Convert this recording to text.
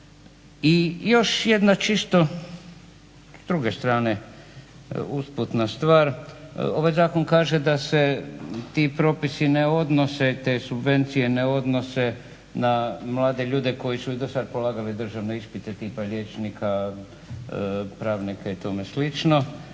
I još jedna čisto s druge strane usputna stvar. Ovaj zakon kaže da se ti propisi ne odnose, te subvencije ne odnose na mlade ljude koji su i do sad polagali državne ispite tipa liječnika, pravnika i tome slično.